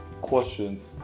questions